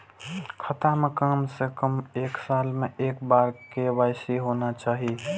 खाता में काम से कम एक साल में एक बार के.वाई.सी होना चाहि?